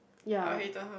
ya